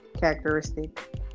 characteristic